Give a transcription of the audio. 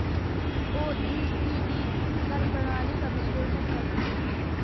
OECD कर प्रणाली का विश्लेषण करती हैं